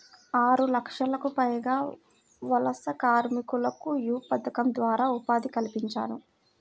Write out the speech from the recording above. ఆరులక్షలకు పైగా వలస కార్మికులకు యీ పథకం ద్వారా ఉపాధి కల్పించారు